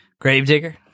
Gravedigger